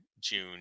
June